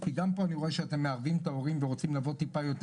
כי גם פה אני רואה שאתם מערבים את ההורים ורוצים לבוא יותר לקראתם,